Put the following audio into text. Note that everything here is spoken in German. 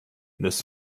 des